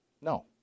No